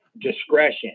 discretion